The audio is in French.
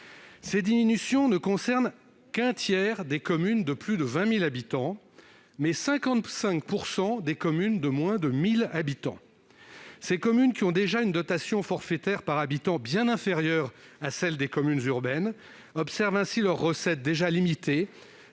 Ces baisses ne concernent qu'un tiers des communes de plus de 20 000 habitants, mais elles touchent 55 % des communes de moins de 1 000 habitants. Ces communes, qui ont déjà une dotation forfaitaire par habitant bien inférieure à celle des communes urbaines, observent ainsi leurs recettes, déjà limitées,